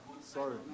sorry